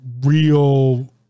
real